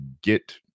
get